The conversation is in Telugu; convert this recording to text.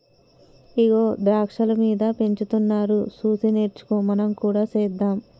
ఇగో ద్రాక్షాలు మీద పెంచుతున్నారు సూసి నేర్చుకో మనం కూడా సెద్దాం